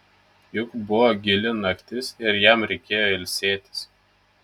juk buvo gili naktis ir jam reikėjo ilsėtis